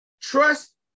Trust